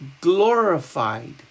glorified